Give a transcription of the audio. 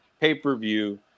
pay-per-view